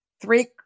three